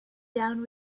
down